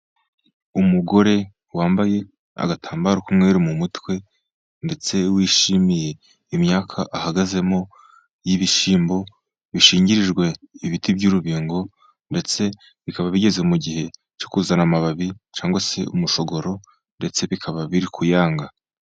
Umugore wambaye agatambaro k'umweru mu mutwe ndetse wishimiye, imyaka ahagazemo y'ibishimbo bishingirijwe ibiti by'urubingo ndetse bikaba, bigeze mu gihe cyo kuzana amababi cyangwa se umushogoro ndetse bikaba biri kuyanga.